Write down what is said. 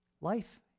Life